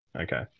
Okay